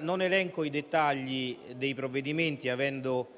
Non elenco i dettagli dei provvedimenti, avendo